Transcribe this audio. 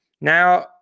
now